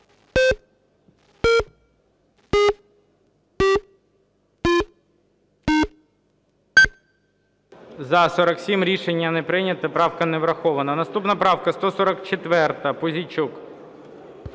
За-74 Рішення не прийнято. Правка не врахована. Наступна правка 144, Пузійчук.